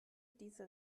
diese